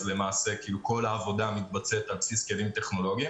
אז למעשה כל העבודה מתבצעת על בסיס כלים טכנולוגיים.